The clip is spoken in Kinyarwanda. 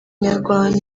nyarwanda